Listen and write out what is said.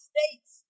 States